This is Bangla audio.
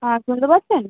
হ্যাঁ শুনতে পাচ্ছেন